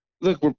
Look